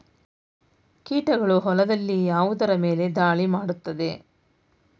ಕೀಟಗಳು ಹೊಲದಲ್ಲಿ ಯಾವುದರ ಮೇಲೆ ಧಾಳಿ ಮಾಡುತ್ತವೆ?